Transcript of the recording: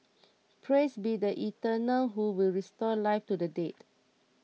praise be the eternal who will restore life to the dead